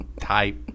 type